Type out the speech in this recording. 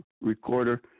recorder